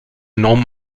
nom